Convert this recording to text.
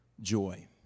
joy